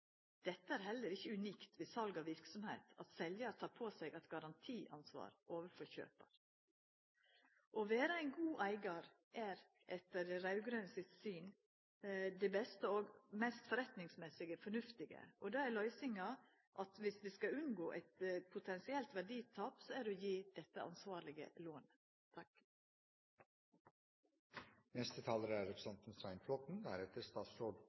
Dette er heller ikkje unikt ved sal av verksemd; at seljar tar på seg eit garantiansvar overfor kjøpar. Å vera ein god eigar er etter dei raud-grøne sitt syn det beste og mest forretningsmessig fornuftige. Da er løysinga, viss ein skal unngå eit potensielt verditap, å gje dette ansvarlege lånet. Høyre er